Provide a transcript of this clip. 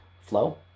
flow